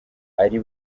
ari